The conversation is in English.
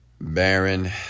Baron